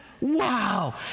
wow